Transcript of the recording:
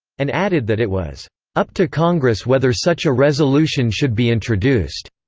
and added that it was up to congress whether such a resolution should be introduced.